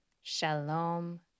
shalom